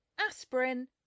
aspirin